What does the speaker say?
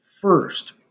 first